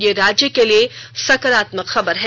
ये राज्य के लिए सकारात्मक खबर है